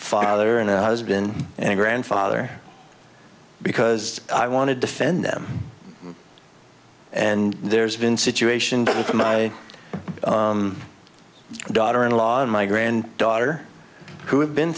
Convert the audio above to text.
father and husband and grandfather because i want to defend them and there's been situation with my daughter in law and my grand daughter who have been